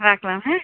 রাখলাম হ্যাঁ